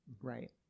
Right